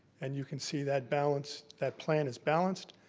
and you can see that balance, that plan is balanced.